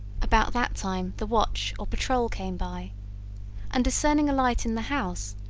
about that time the watch or patrol came by and, discerning a light in the house,